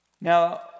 Now